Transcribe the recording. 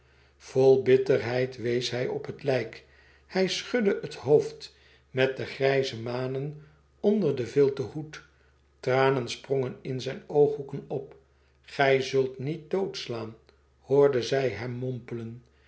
vol bitterheid wees hij op het lijk hij schudde het hoofd met de grijze manen onder den vilten hoed tranen sprongen in zijne ooghoeken op gij zult niet doodslaan hoorden zij hem mompelen